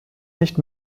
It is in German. nicht